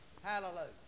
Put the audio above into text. Hallelujah